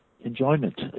enjoyment